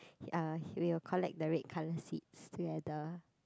he uh he will collect the red colour seeds together